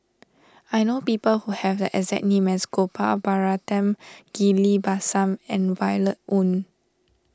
I know people who have the exact name as Gopal Baratham Ghillie Basan and Violet Oon